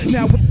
Now